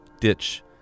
Ditch